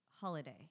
Holiday